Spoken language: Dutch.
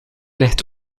ligt